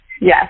Yes